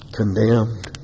condemned